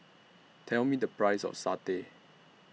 Tell Me The Price of Satay